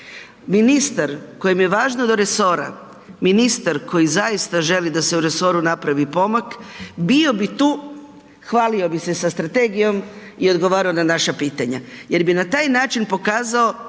Ministar kojem je važno do resora, ministar koji zaista želi da se u resoru napravi pomak bio bi tu, hvalio bi se sa strategijom i odgovarao na naša pitanja jer bi na taj način pokazao